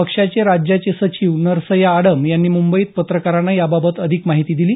पक्षाचे राज्याचे सचिव नरसय्या आडम यांनी मुंबईत पत्रकारांना याबाबत अधिक माहिती दिली